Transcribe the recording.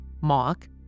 mock